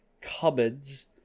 cupboards